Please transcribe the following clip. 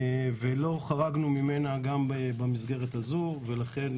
ולא חרגנו ממנה גם במסגרת הזאת, ולכן